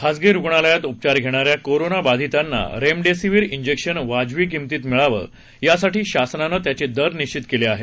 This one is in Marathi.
खासगी रुग्णालयात उपचार घेणाऱ्या कोरोनाबाधितांना रेमडेसिविर जिक्शन वाजवी किंमतीत मिळावं यासाठी शासनानं त्याचे दर निश्वित केले आहेत